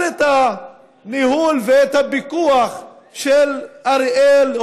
את הניהול ואת הפיקוח של אריאל,